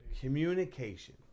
communication